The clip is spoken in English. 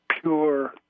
pure